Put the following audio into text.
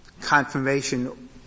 confirmation